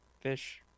fish